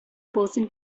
person